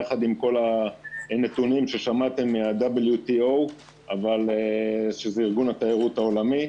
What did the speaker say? יחד עם כל הנתונים ששמעתם מה WTO שזה ארגון תיירות העולמי,